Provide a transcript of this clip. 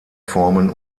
formen